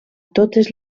totes